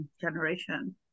Generation